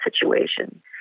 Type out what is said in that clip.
situation